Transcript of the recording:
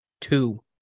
two